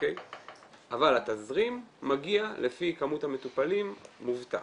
אבל התזרים מגיע לפי כמות המטופלים מובטח.